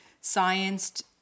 science